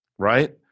right